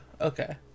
okay